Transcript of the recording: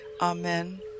Amen